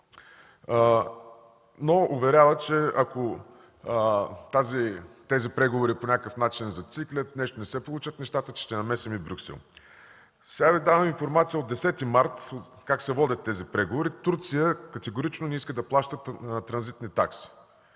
но уверява, че ако тези преговори по някакъв начин зациклят, нещата не се получат, ще намесим и Брюксел. Сега Ви давам информация от 10 март как се водят тези преговори – Турция категорично не иска да плаща транзитни такси.